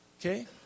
Okay